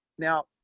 Now